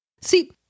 See